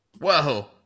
Whoa